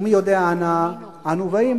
ומי יודע אנה אנו באים.